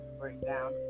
breakdown